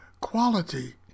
quality